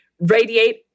Radiate